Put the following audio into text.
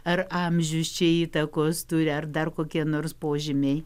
ar amžius čia įtakos turi ar dar kokie nors požymiai